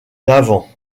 l’avant